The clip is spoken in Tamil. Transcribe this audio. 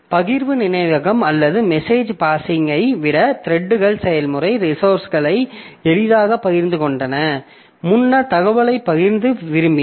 பகிர்வு நினைவகம் அல்லது மெசேஜ் பாஸ்ஸிங் ஐ விட த்ரெட்கள் செயல்முறை ரிசோர்ஸ்களை எளிதாக பகிர்ந்து கொண்டன